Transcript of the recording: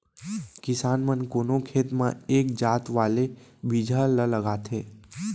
किसान मन कोनो खेत म एक जात वाले बिजहा ल लगाथें